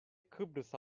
kıbrıs